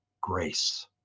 grace